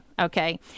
okay